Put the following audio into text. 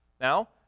Now